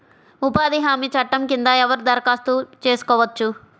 ఉపాధి హామీ చట్టం కింద ఎవరు దరఖాస్తు చేసుకోవచ్చు?